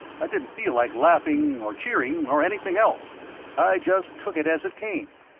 i didn't feel like laughing or cheering or anything else i just took it as it came.